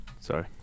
Sorry